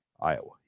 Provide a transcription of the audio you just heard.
Iowa